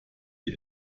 die